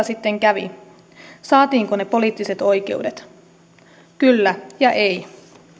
sitten kävi saatiinko ne poliittiset oikeudet kyllä ja ei